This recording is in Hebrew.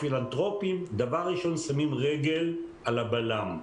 הפילנטרופיים דבר ראשון שמים רגל על הבלם,